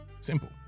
Simple